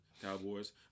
Cowboys